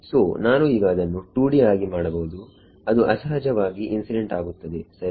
ಸೋನಾನು ಈಗ ಅದನ್ನು 2D ಆಗಿ ಮಾಡಬಹುದು ಅದು ಅಸಹಜವಾಗಿ ಇನ್ಸಿಡೆಂಟ್ ಆಗುತ್ತದೆ ಸರಿ